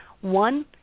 One